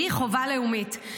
שהיא חובה לאומית.